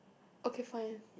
okay fine